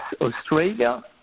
Australia